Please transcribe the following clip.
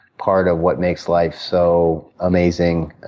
part of what makes life so amazing.